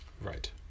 Right